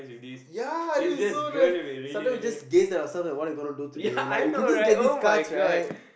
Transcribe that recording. ya this is so nice sometimes we just gaze at ourselves like what are we gonna do today like we can just get these cards right